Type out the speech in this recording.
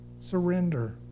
Surrender